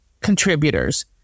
contributors